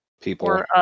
people